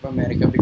America